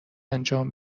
انجام